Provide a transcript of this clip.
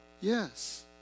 Yes